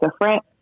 different